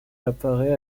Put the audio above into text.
apparait